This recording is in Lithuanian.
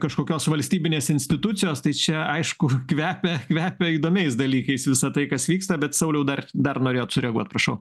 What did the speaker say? kažkokios valstybinės institucijos tai čia aišku kvepia kvepia įdomiais dalykais visa tai kas vyksta bet sauliau dar dar norėjot sureaguot prašau